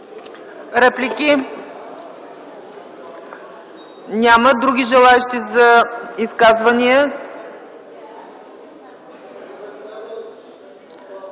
Реплики? Няма. Други желаещи за изказвания?